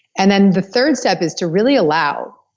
and then the third step is to really allow,